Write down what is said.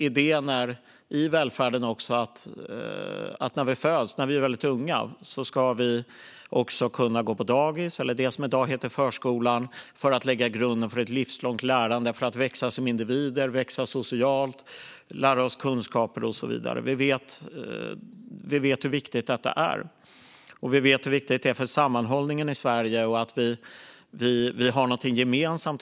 Idén i välfärden är också att vi, när vi är väldigt unga, ska kunna gå på dagis, eller det som i dag heter förskola. Där läggs grunden för ett livslångt lärande. Vi växer som individer, växer socialt, får kunskap och så vidare. Vi vet hur viktigt detta är, och vi vet hur viktigt det är för sammanhållningen i Sverige att vi har någonting gemensamt.